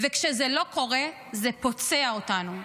כשזה לא קורה, זה פוצע אותנו,